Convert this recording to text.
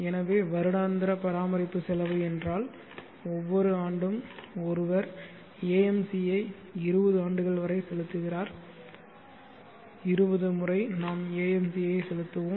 எனவே வருடாந்திர பராமரிப்பு செலவு என்றால் ஒவ்வொரு ஆண்டும் ஒருவர் AMC ஐ 20 ஆண்டுகள் வரை செலுத்துகிறார் 20 முறை நாங்கள் AMC ஐ செலுத்துவோம்